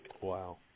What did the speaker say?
Wow